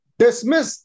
dismiss